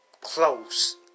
Close